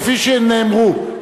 כפי שהם נאמרו,